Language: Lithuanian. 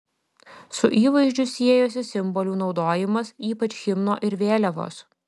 su įvaizdžiu siejosi simbolių naudojimas ypač himno ir vėliavos